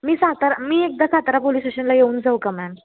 मी सातारा मी एकदा सातारा पोलिस स्टेशनला येऊन जाऊ का मॅम